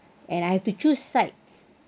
and I have to choose sides